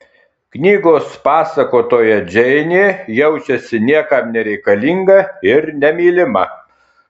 knygos pasakotoja džeinė jaučiasi niekam nereikalinga ir nemylima